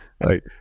right